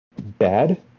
bad